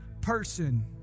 person